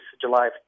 July